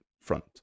Front